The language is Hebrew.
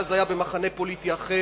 שאז היה במחנה פוליטי אחר,